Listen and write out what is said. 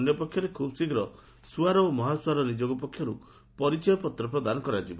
ଅନ୍ୟପକ୍ଷରେ ଖୁବ୍ଶୀଘ୍ର ସ୍ବଆର ଓ ମହାସ୍ବଆର ନିଯୋଗ ପକ୍ଷର୍ ପରିଚୟ ପତ୍ର ପ୍ରଦାନ କରାଯିବ